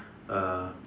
uh